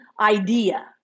idea